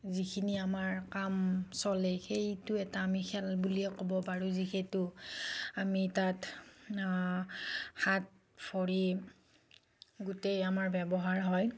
যিখিনি আমাৰ কাম চলে সেইটো এটা আমি খেল বুলিয়েই ক'ব পাৰোঁ যিহেতু আমি তাত হাত ভৰি গোটেই আমাৰ ব্যৱহাৰ হয়